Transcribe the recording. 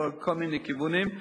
בכל מיני כיוונים.